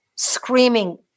screaming